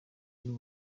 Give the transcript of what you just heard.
n’u